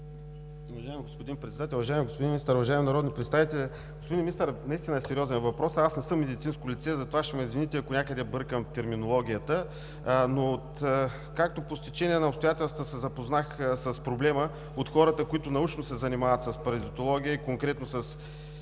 Уважаеми господин Председател, уважаеми господин Министър, уважаеми народни представители! Господин Министър, въпросът наистина е сериозен. Аз не съм медицинско лице, за това ще ме извините, ако някъде бъркам в терминологията, но откакто по стечение на обстоятелствата се запознах с проблема от хората, които научно се занимават с паразитология и конкретно с